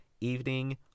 evening